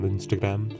Instagram